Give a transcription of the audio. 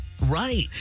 Right